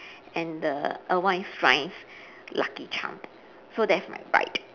and the err white striped lucky charm so that's my right